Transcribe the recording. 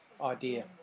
idea